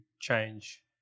change